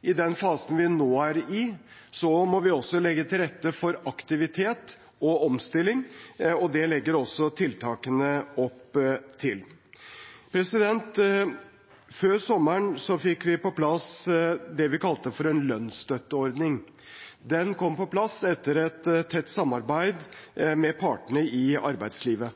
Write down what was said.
I den fasen vi nå er i, må vi legge til rette for aktivitet og omstilling, og det legger også tiltakene opp til. Før sommeren fikk vi på plass det vi kalte for en lønnsstøtteordning. Den kom på plass etter et tett samarbeid med partene i arbeidslivet.